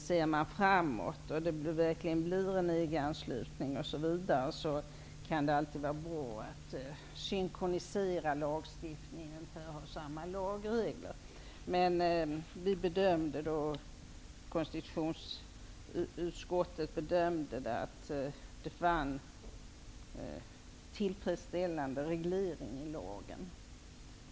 Ser vi framåt, och det verkligen blir en EG anslutning, kan det alltid vara bra att synkronisera lagstiftningen och ha samma lagregler. Konstitutionsutskottet bedömde att det fanns tillfredsställande reglering i lagen.